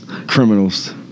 Criminals